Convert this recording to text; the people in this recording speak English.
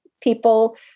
people